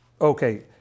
okay